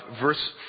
verse